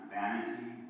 vanity